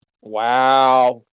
wow